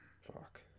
Fuck